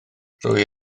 rwy